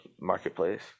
Marketplace